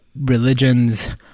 religions